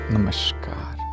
Namaskar